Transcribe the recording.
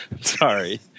Sorry